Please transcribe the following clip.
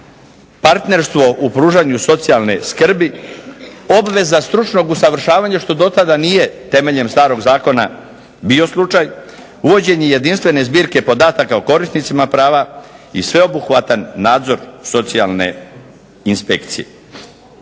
partnerstvo u pružanju socijalne skrbi, obveza stručnog usavršavanja što do tada nije temeljem starog zakona bio slučaj, uvođenje jedinstvene zbirke podataka o korisnicima prava i sveobuhvatan nadzor socijalne inspekcije.